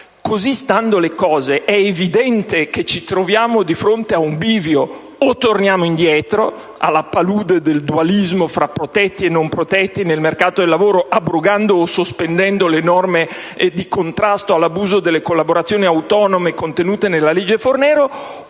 Così stando le cose, è evidente che ci troviamo di fronte a un bivio: o torniamo indietro, alla palude del dualismo fra protetti e non protetti nel mercato del lavoro, abrogando o sospendendo le norme di contrasto all'abuso delle collaborazioni autonome, contenute nella legge Fornero;